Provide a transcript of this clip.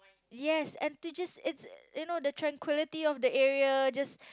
yes and to just it's you know the tranquility of the area just